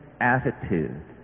attitude